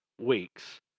weeks